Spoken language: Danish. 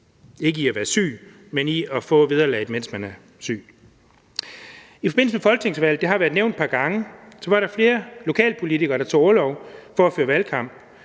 ikke i at være syg, men i at få vederlaget, mens man er syg. I forbindelse med folketingsvalget – det har været nævnt et par gange – var der flere lokalpolitikere, der tog orlov for at føre valgkamp,